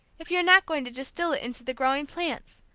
if you are not going to distil it into the growing plants,